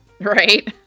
Right